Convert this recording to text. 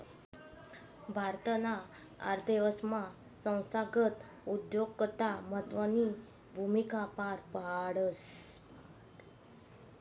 भारताना अर्थव्यवस्थामा संस्थागत उद्योजकता महत्वनी भूमिका पार पाडस